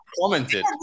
Commented